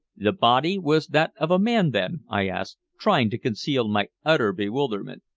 the body was that of a man, then? i asked, trying to conceal my utter bewilderment.